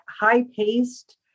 high-paced